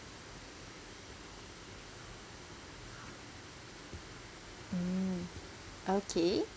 mm okay